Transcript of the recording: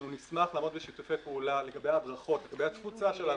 אנחנו נשמח לעבוד בשיתופי פעולה לגבי הדרכות והתפוצה של ההדרכות.